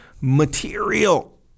material